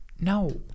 No